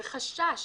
זה חשש,